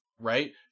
Right